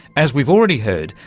as we've already heard,